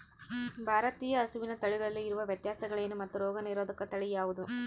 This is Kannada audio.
ಭಾರತೇಯ ಹಸುವಿನ ತಳಿಗಳಲ್ಲಿ ಇರುವ ವ್ಯತ್ಯಾಸಗಳೇನು ಮತ್ತು ರೋಗನಿರೋಧಕ ತಳಿ ಯಾವುದು?